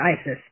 ISIS